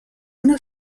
una